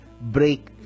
break